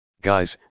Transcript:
Guys